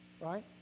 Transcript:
Right